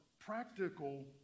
practical